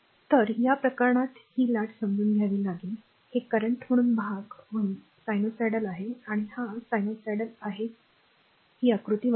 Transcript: तर या प्रकरणात ही लाट समजून घ्यावी लागेल हे कटर म्हणून भाग म्हणून सायनुसायडल आहे आणि हा सायनुसायडल आहे किंवा ही आकृती 1